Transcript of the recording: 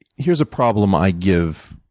here's a problem i give